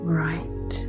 right